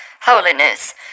holiness